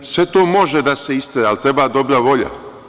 Dakle, sve to može da se istera, ali treba dobra volja.